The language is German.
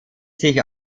sich